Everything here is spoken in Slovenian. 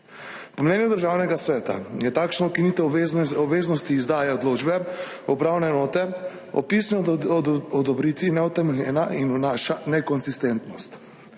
Po mnenju Državnega sveta je takšna ukinitev obveznosti izdaje odločbe upravne enote o pisni odobritvi neutemeljena in vnaša nekonsistentnost.